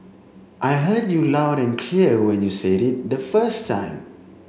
I heard you loud and clear when you said it the first time